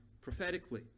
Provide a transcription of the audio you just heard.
prophetically